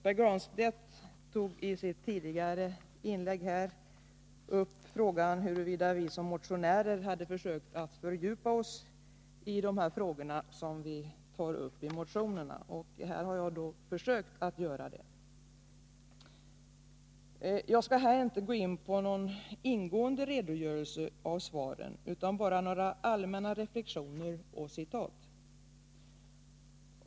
Pär Granstedt undrade i sitt tidigare inlägg om vi motionärer hade försökt fördjupa oss i de frågor som vi tar upp i våra motioner. Det har jag alltså försökt göra. Jag skall här inte ingående redogöra för de inkomna svaren utan gör bara några allmänna reflexioner och citat.